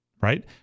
right